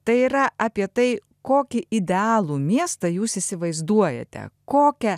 tai yra apie tai kokį idealų miestą jūs įsivaizduojate kokią